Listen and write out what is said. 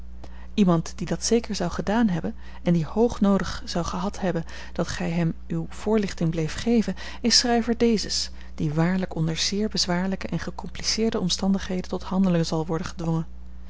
iemand die dat zeker zou gedaan hebben en die hoog noodig zou gehad hebben dat gij hem uwe voorlichting bleeft geven is schrijver dezes die waarlijk onder zeer bezwaarlijke en gecompliceerde omstandigheden tot handelen zal worden gedwongen